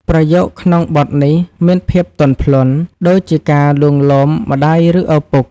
ប្រយោគក្នុងបទនេះមានភាពទន់ភ្លន់ ដូចជាការលួងលោមម្ដាយ ឬឪពុក។